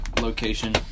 Location